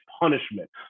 punishment